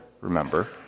remember